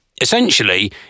Essentially